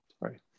Right